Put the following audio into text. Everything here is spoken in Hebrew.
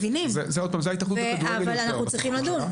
אנחנו צריכים לדון.